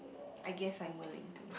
I guess I'm willing to